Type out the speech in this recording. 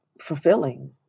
fulfilling